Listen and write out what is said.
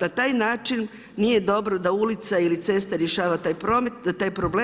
na taj način nije dobro da ulica ili cesta rješava taj problem.